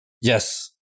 Yes